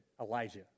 Elijah